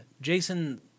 Jason